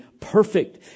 perfect